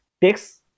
takes